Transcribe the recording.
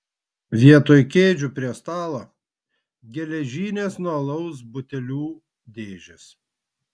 vietoj kėdžių prie stalo geležinės nuo alaus butelių dėžės